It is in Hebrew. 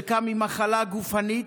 חלקם עם מחלה גופנית,